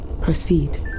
Proceed